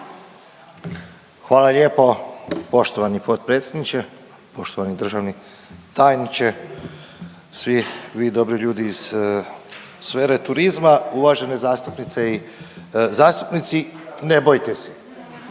Hvala lijepo poštovani potpredsjedniče. Poštovani državni tajniče, svi vi dobri ljudi iz sfere turizma, uvažene zastupnice i zastupnici. Ne bojte se,